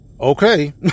okay